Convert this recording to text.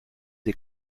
des